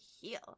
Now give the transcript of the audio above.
heal